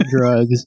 drugs